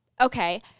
Okay